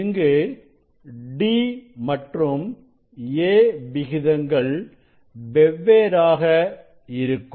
இங்கு d மற்றும் a விகிதங்கள் வெவ்வேறாக இருக்கும்